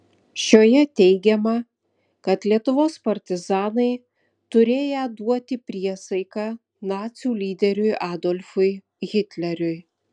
šioje teigiama kad lietuvos partizanai turėję duoti priesaiką nacių lyderiui adolfui hitleriui